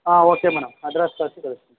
ಹಾಂ okay madam address ಕಳಿಸ್ತೀವಿ